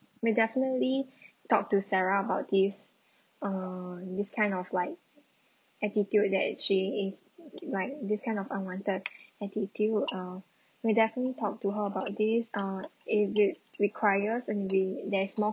we'll definitely talk to sarah about this uh this kind of like attitude that she is like this kind of unwanted attitude uh we definitely talk to her about this uh if it requires and we there is more